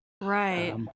Right